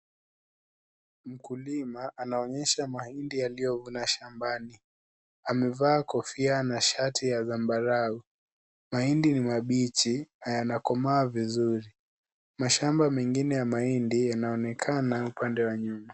Mkulima anaonyesha mahindi aliyovuna shambani. Amevaa kofia na shati ya zambarau. Mahindi ni mabichi na yanakomaa vizuri. Mashamba mengine ya mahindi yanaonekana upande wa nyuma.